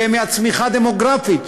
ומהצמיחה הדמוגרפית,